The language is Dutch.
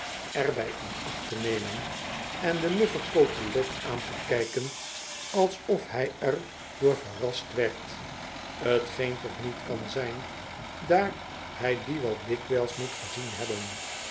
bij in acht te nemen en de muffe cotelet aan te kijken alsof bij er door verrast werd t geen toch niet kan zijn daar hij die wel dikwijls moet gezien hebben